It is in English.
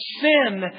sin